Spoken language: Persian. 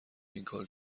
اینکار